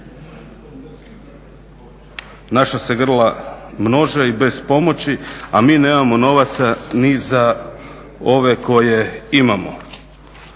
Naša se grla množe i bez pomoći a mi nemamo novaca ni za ove koje imamo.